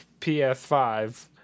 PS5